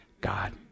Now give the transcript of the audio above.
God